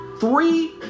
three